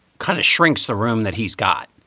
kind of shrinks the room that he's got